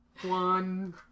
One